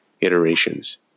iterations